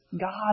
God